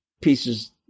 pieces